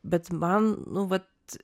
bet man nu vat